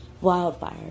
Wildfire